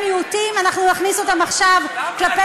תודה לך, כבוד